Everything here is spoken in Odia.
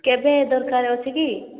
କେବେ ଦରକାର ଅଛି କି